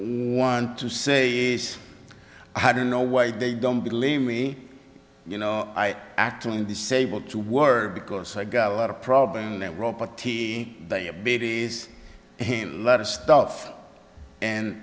want to say i don't know why they don't believe me you know i actually disable to work because i got a lot of problems that robot t diabetes lot of stuff and